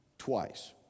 twice